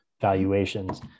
valuations